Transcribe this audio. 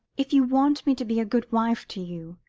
if you want me to be a good wife to you,